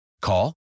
Call